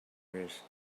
risks